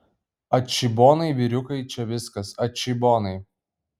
atšybonai vyriukai čia viskas atšybonai